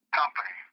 company